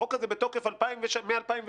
החוק הזה בתוקף מ-2003,